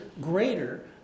greater